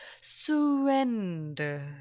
Surrender